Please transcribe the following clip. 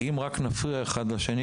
כי אם רק נפריע אחד לשני